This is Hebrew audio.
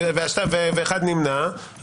ואחד נמנע.